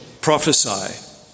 prophesy